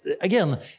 again